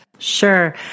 Sure